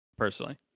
Personally